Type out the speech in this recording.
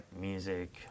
music